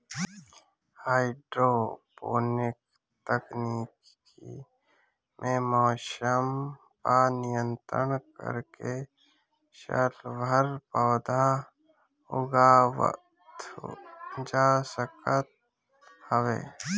hydroponic तकनीकी में मौसम पअ नियंत्रण करके सालभर पौधा उगावल जा सकत हवे